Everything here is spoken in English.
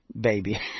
baby